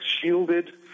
shielded